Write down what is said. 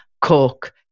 cook